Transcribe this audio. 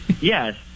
Yes